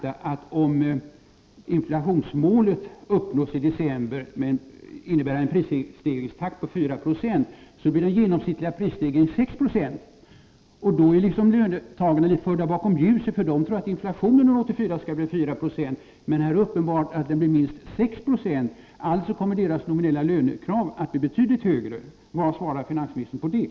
Om däremot inflationsmålet uppnås i december — och det är det intressanta —- innebär en prisstegringstakt på 4 20 att den genomsnittliga prisstegringen blir 6 20. Då är löntagarna förda bakom ljuset, för de tror att inflationen 1984 skall bli 4 96, medan det här är uppenbart att den blir minst 6 20. Alltså kommer deras nominella lönekrav att bli betydligt högre. Vad säger finansministern om det?